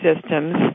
systems